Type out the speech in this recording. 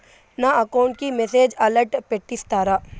నా అకౌంట్ కి message alert పెట్టిస్తారా